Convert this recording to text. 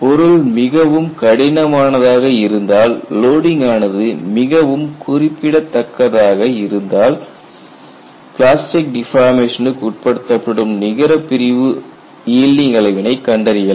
பொருள் மிகவும் கடினமானதாக இருந்தால் லோடிங் ஆனது மிகவும் குறிப்பிடத்தக்கதாக இருந்தால் பிளாஸ்டிக் டிஃபார்மேஷனுக்கு உட்படுத்தப்படும் நிகர பிரிவு ஈல்டிங் அளவினை கண்டறியலாம்